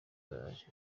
araje